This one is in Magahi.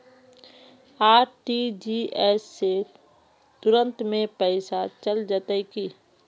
आर.टी.जी.एस से तुरंत में पैसा चल जयते की?